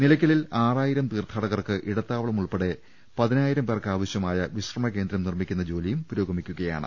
നിലയ്ക്കലിൽ ആറായിരം തീർത്ഥാടകർക്ക് ഇടത്താവളം ഉൾപ്പെടെ പതിനായിരം പേർക്ക് ആവശ്യമായ വിശ്രമകേന്ദ്രം നിർമ്മിക്കുന്ന ജോലിയും പുരോഗമിക്കുകയാണ്